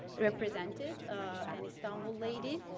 represented an istanbul lady